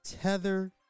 tether